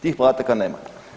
Tih podataka nema.